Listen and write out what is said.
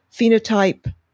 phenotype